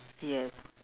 yes